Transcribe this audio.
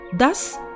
Thus